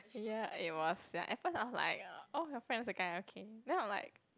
ya eh !wah! sia at first I was like orh your friend's a guy ah okay then I'm like